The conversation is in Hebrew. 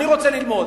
אני רוצה ללמוד